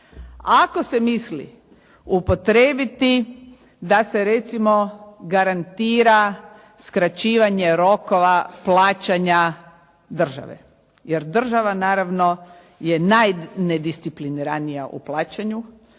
ako se misli upotrijebiti da se recimo garantira skraćivanje rokova plaćanja države, jer država naravno je najnediscipliniranija u plaćanju,